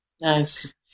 Nice